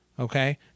Okay